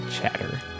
chatter